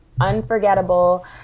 unforgettable